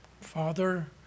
Father